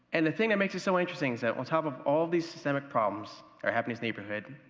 and the thing that makes it so interesting is that on top of all these systemic problems, our happiness neighborhood,